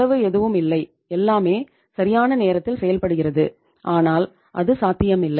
செலவு எதுவும் இல்லை எல்லாமே சரியான நேரத்தில் செயல்படுகிறது ஆனால் அது சாத்தியமில்லை